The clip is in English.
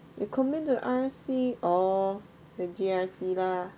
you complain to the R_C oh the G_R_C lah